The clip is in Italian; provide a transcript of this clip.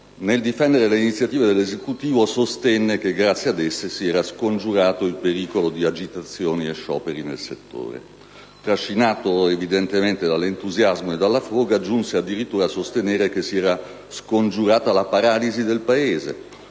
nel difendere le iniziative dell'Esecutivo, sostenne che grazie ad esse si era scongiurato il pericolo di agitazioni e scioperi nel settore. Trascinato evidentemente dall'entusiasmo e dalla foga, giunse addirittura a sostenere che si era scongiurata la paralisi del Paese